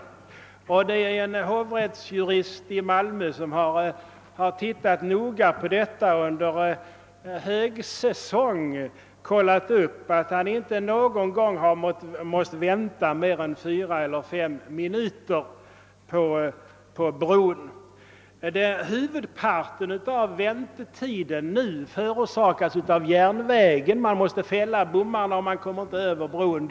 En hovrättsjurist i Malmö som har studerat detta noga under högsäsongen har uppgivit att han inte någon gång har behövt vänta vid bron mer än 4 eller 5 minuter. Huvudparten av väntetiden nu förorsakas av järnvägen. Man måste fälla bommarna, och bilisterna kan då inte komma över bron.